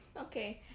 Okay